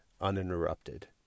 uninterrupted